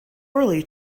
early